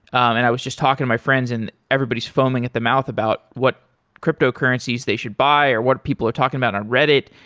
and i was just talking my friends and everybody's foaming at the mouth about what cryptocurrencies they should buy or what people are talking about on reddit.